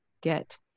get